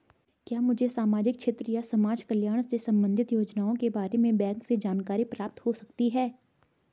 क्या मुझे सामाजिक क्षेत्र या समाजकल्याण से संबंधित योजनाओं के बारे में बैंक से जानकारी प्राप्त हो सकती है?